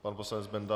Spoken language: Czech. Pan poslanec Benda.